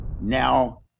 Now